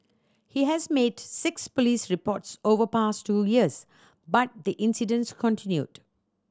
he has made six police reports over past two years but the incidents continued